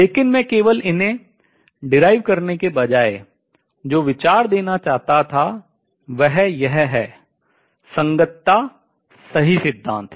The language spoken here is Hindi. लेकिन मैं केवल इन्हें व्युत्पन्न करने के बजाय जो विचार देना चाहता था वह यह है संगतता सही सिद्धांत